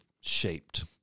shaped